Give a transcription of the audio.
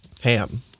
ham